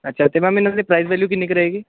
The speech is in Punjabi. ਅੱਛਾ ਅਤੇ ਮੈਮ ਇਹਨਾਂ ਦੀ ਪ੍ਰਾਈਜ਼ ਵੈਲਿਊ ਕਿੰਨੀ ਕੁ ਰਹੇਗੀ